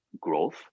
growth